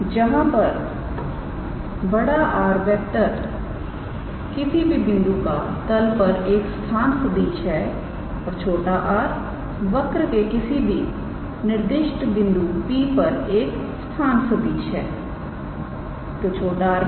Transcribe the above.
जहां पर 𝑅⃗ किसी भी बिंदु का तल पर एक स्थान सदिश है और 𝑟⃗ वक्र के किसी भी निर्दिष्ट बिंदु P पर एक स्थान सदिश है